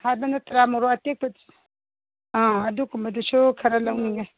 ꯍꯥꯏꯕ ꯅꯠꯇ꯭ꯔꯥ ꯃꯣꯔꯣꯛ ꯑꯇꯦꯛꯄ ꯑꯥ ꯑꯗꯨꯀꯨꯝꯕꯗꯨꯁꯨ ꯈꯔ ꯂꯧꯅꯤꯡꯉꯦ